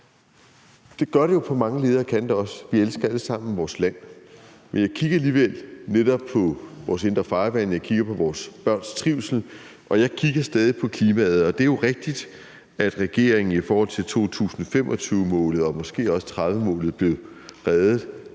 Det gør det jo på mange leder og kanter også. Vi elsker alle sammen vores land. Men jeg kigger alligevel netop på vores indre farvande, jeg kigger på vores børns trivsel, og jeg kigger stadig på klimaet. Det er jo rigtigt, at regeringen i forhold til 2025-målet og måske også 2030 målet blev reddet